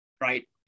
right